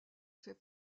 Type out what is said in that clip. fait